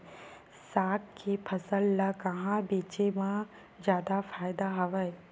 साग के फसल ल कहां बेचे म जादा फ़ायदा हवय?